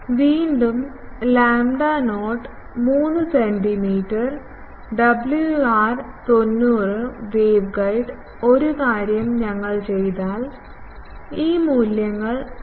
വീണ്ടും lambda 0 3 centimetre WR90 waveguide ഒരു കാര്യം ഞങ്ങൾ ചെയ്താൽ ഈ മൂല്യങ്ങൾ 3